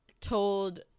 told